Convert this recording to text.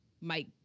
Mike